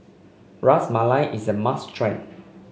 Ras Malai is a must try